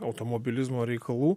automobilizmo reikalų